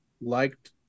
liked